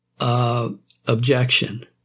Objection